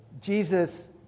Jesus